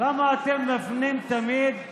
למה אתם תמיד מפנים